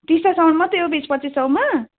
टिस्टासम्म मात्र हो बिस पच्चिस सयमा